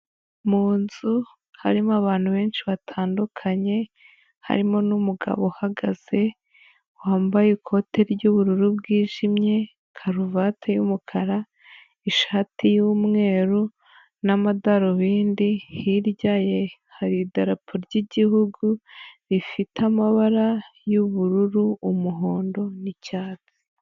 Mu nzu harimo abantu benshi batandukanye, harimo n'umugabo uhagaze wambaye ikote ry'ubururu bwijimye, karuvate y'umukara, ishati y'umweru n'amadarubindi, hirya ye hari idarapo ry'igihugu rifite amabara y'ubururu, umuhondo n'cyatsi.